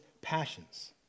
passions